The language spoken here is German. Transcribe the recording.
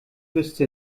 wüsste